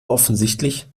offensichtlich